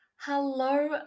Hello